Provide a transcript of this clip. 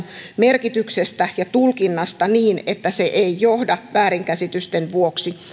merkityksestä ja tulkinnasta niin että se ei johda väärinkäsitysten vuoksi